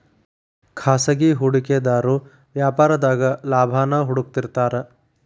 ಖಾಸಗಿ ಹೂಡಿಕೆದಾರು ವ್ಯಾಪಾರದಾಗ ಲಾಭಾನ ಹುಡುಕ್ತಿರ್ತಾರ